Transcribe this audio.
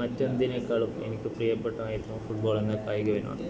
മറ്റെന്തിനെക്കാളും എനിക്കു പ്രിയപ്പെട്ടതായിരുന്നു ഫൂട്ബോൾ എന്ന കായിക വിനോദം